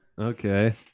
Okay